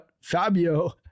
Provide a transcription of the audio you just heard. Fabio